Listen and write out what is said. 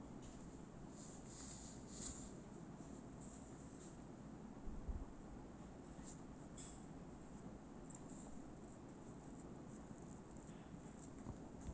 so